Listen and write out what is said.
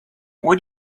what